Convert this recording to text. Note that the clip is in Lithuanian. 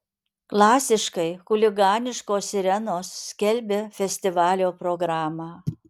klasiškai chuliganiškos sirenos skelbia festivalio programą